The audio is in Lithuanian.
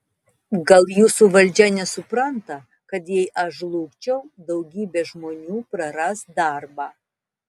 gal jūsų valdžia nesupranta kad jei aš žlugčiau daugybė žmonių praras darbą